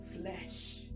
flesh